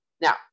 Now